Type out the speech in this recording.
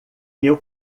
meu